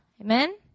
Amen